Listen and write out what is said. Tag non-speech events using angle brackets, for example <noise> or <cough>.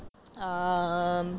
<noise> um